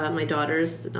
my daughters,